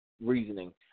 reasoning